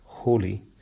holy